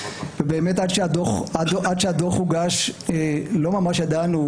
ובאמת עד שהדוח הוגש לא ממש ידענו,